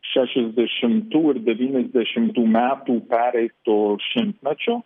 šešiasdešimtų ir devyniasdešimtų metų pereito šimtmečio